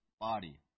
body